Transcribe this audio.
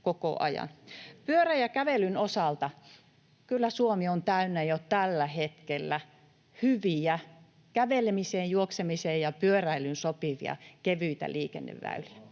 Pyörän ja kävelyn osalta. Kyllä Suomi on täynnä jo tällä hetkellä hyviä kävelemiseen, juoksemiseen ja pyöräilyyn sopivia kevyitä liikenneväyliä.